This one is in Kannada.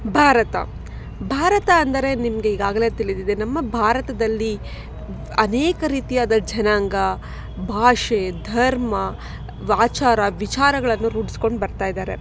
ಭಾರತ ಭಾರತ ಅಂದರೆ ನಿಮ್ಗೆ ಈಗಾಗಲೇ ತಿಳಿದಿದೆ ನಮ್ಮ ಭಾರತದಲ್ಲಿ ಅನೇಕ ರೀತಿಯಾದ ಜನಾಂಗ ಭಾಷೆ ಧರ್ಮ ಆಚಾರ ವಿಚಾರಗಳನ್ನು ರೂಡ್ಸ್ಕೊಂಡು ಬರ್ತಾ ಇದ್ದಾರೆ